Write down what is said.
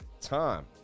time